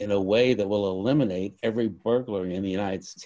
in a way that will eliminate every burglar in the united states